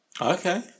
Okay